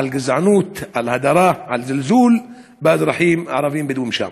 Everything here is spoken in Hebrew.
גזענות, הדרה, זלזול באזרחים הערבים הבדואים שם.